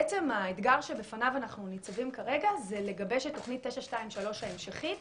האתגר שבפניו אנחנו ניצבים כרגע זה לגבש את תוכנית 923 ההמשכית,